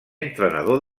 entrenador